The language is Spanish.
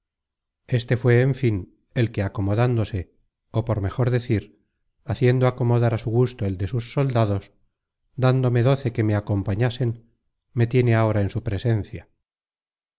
éste fué en fin el que acomodándose ó por mejor decir haciendo acomodar á su gusto el de sus soldados dándome doce que me acompañasen me tiene ahora en tu presencia